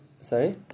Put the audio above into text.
sorry